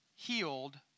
Healed